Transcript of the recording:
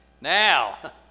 Now